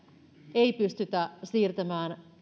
ei pystytä siirtämään